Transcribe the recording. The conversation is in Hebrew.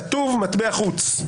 כתוב מטבע חוץ.